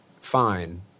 fine